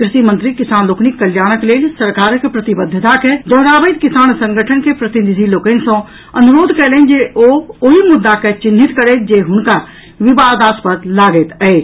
कृषि मंत्री किसान लोकनिक कल्याणक लेल सरकारक प्रतिबद्धता के दोहराबैत किसान संगठन के प्रतिनिधि लोकनि सँ अनुरोध कयलनि जे ओ ओहि मुद्दा के चिन्हित करथि जे हुनका विवादास्पद लागैत अछि